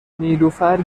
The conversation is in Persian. نیلوفر